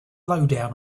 lowdown